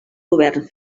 govern